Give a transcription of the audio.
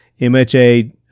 MHA